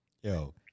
Yo